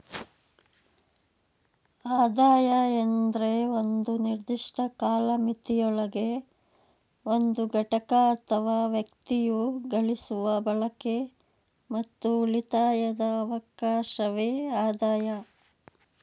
ಆದಾಯ ಎಂದ್ರೆ ಒಂದು ನಿರ್ದಿಷ್ಟ ಕಾಲಮಿತಿಯೊಳಗೆ ಒಂದು ಘಟಕ ಅಥವಾ ವ್ಯಕ್ತಿಯು ಗಳಿಸುವ ಬಳಕೆ ಮತ್ತು ಉಳಿತಾಯದ ಅವಕಾಶವೆ ಆದಾಯ